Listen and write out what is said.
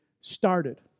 started